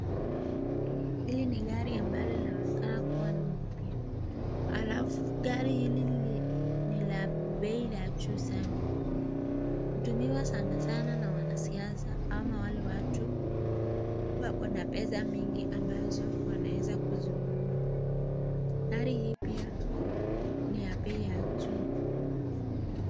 Hili ni gari ambalo imekaa kuwa ni mpya alafu gari hili ni la bei la juu sana utumiwa sana sana na wanasiasa au ama watu ambao Wana pesa mingi sana ambao wanaeza kuzinunua , gari hii pia ni za bei ya juu.